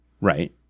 Right